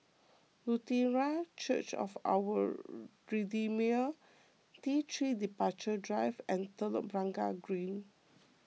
Lutheran Church of Our Redeemer T three Departure Drive and Telok Blangah Green